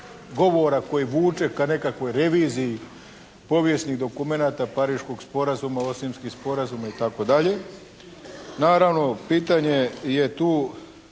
koji vuče ka nekakvoj reviziji povijesnih dokumenata Pariškog sporazuma, Osimskih sporazuma i tako dalje. Naravno pitanje je tu